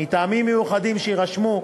מטעמים מיוחדים שיירשמו,